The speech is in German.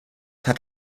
hat